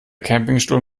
campingstuhl